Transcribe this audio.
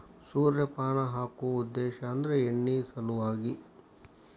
ಸೂರ್ಯಪಾನ ಹಾಕು ಉದ್ದೇಶ ಅಂದ್ರ ಎಣ್ಣಿ ಸಲವಾಗಿ